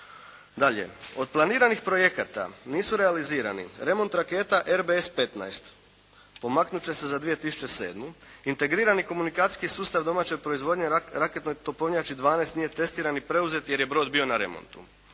Dalje, od planiranih projekata, nisu realizirani remont raketa RBS 15, pomaknuti će se za 2007. Integrirani komunikacijski sustav domaće proizvodnje, raketnoj topovnjači 12 nije testiran i preuzet jer je broj bio na remontu.